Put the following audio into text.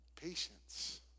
Patience